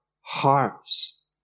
hearts